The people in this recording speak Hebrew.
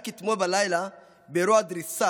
רק אתמול בלילה באירוע דריסה